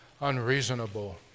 unreasonable